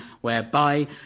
whereby